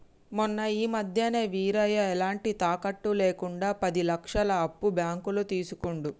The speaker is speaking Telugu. మొన్న ఈ మధ్యనే వీరయ్య ఎలాంటి తాకట్టు లేకుండా పది లక్షల అప్పు బ్యాంకులో తీసుకుండు